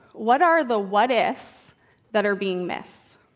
what are the what ifs that are being missed?